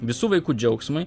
visų vaikų džiaugsmui